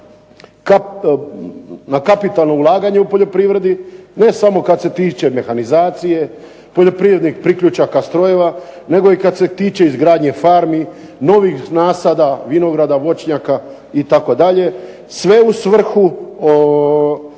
na kapitalno ulaganje u poljoprivredi, ne samo kad se tiče mehanizacije, poljoprivrednih priključaka strojeva nego i kad se tiče izgradnje farmi, novih nasada, vinograda, voćnjaka itd., sve u svrhu